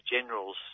General's